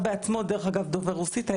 בעצמו כבר דובר רוסית.